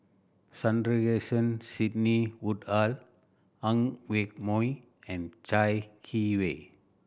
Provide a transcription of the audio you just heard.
Sandrasegaran Sidney Woodhull Ang Yoke Mooi and Chai Yee Wei